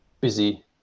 busy